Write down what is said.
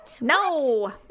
no